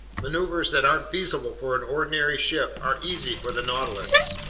maneuvers that aren't feasible for an ordinary ship are easy for the nautilus.